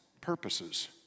purposes